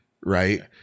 right